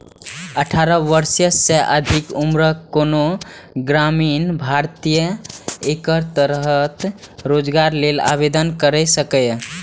अठारह वर्ष सँ अधिक उम्रक कोनो ग्रामीण भारतीय एकर तहत रोजगार लेल आवेदन कैर सकैए